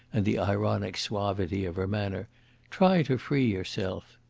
and the ironic suavity of her manner try to free yourself.